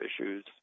issues